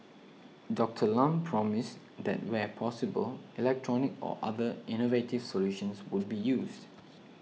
Doctor Lam promised that where possible electronic or other innovative solutions would be used